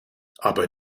aber